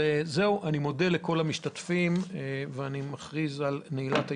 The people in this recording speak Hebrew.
אני מודה לכל המשתתפים, הישיבה נעולה.